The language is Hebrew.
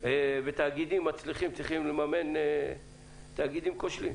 ותאגידים מצליחים צריכים לממן תאגידים כושלים.